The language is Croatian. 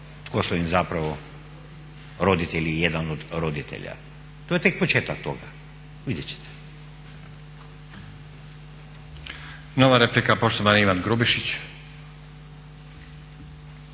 tko su im roditelji ili jedan od roditelja, to je tek početak toga. Vidjet ćete. **Stazić, Nenad (SDP)** Nova replika poštovani Ivan Grubišić.